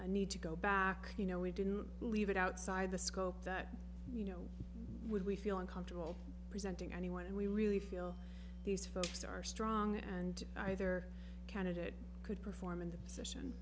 any need to go back you know we didn't believe it outside the scope that you know would we feel uncomfortable presenting anyone and we really feel these folks are strong and either candidate could perform in the position